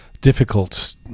difficult